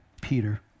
Peter